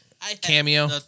Cameo